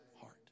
heart